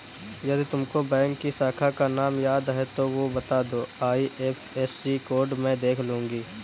यदि तुमको बैंक की शाखा का नाम याद है तो वो बता दो, आई.एफ.एस.सी कोड में देख लूंगी